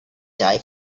die